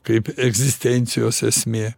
kaip egzistencijos esmė